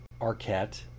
Arquette